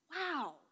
Wow